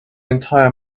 entire